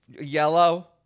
yellow